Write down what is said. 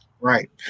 right